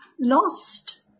lost